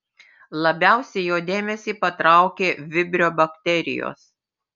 labiausiai jo dėmesį patraukė vibrio bakterijos